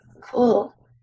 cool